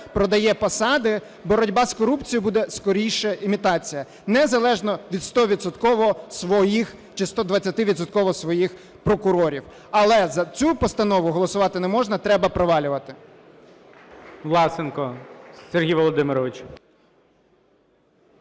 продає посади, боротьба з корупцією буде скоріше імітацією, незалежно від 100-відсотково своїх чи 120-відсотково своїх прокурорів. Але за цю постанову голосувати не можна, треба провалювати.